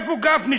איפה גפני,